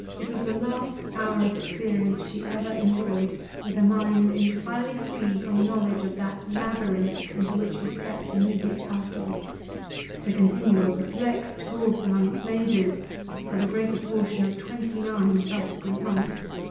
it was the last hour of experience she ever enjoyed with a mind entirely free from a knowledge of that labyrinth into which she stepped immediately afterwards to continue a perplexed course along its mazes for the greater portion of twenty-nine subsequent months.